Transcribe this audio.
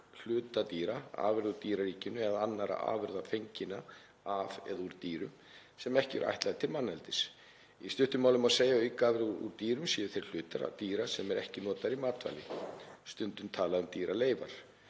skrokkhluta dýra, afurða úr dýraríkinu eða annarra afurða fenginna af eða úr dýrum, sem ekki eru ætlaðar til manneldis. Í stuttu máli má segja að aukaafurðir úr dýrum séu þeir hlutar dýra sem ekki eru notaðir í matvæli, stundum talað um sem dýraleifar.